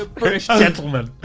ah british gentlemen.